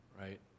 right